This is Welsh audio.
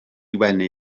wenu